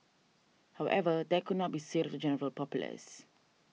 however that could not be said of the general populace